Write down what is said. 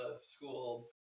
school